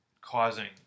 causing